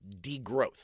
degrowth